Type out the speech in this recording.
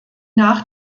nach